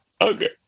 Okay